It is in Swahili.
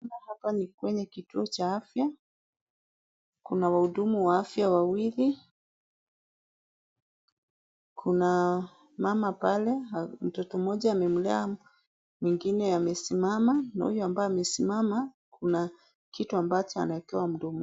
Hapa ni kwenye kituo cha afya. Kuna wahudumu wa afya wawili. Kuna mama pale mtoto mmoja amemlea mwingine amesimama na huyo ambaye amesimama kuna kitu ambacho ameekewa mdomoni.